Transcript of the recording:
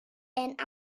and